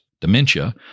dementia